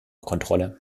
kontrolle